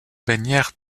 bannière